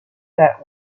that